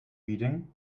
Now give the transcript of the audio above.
reading